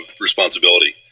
responsibility